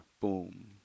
boom